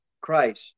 Christ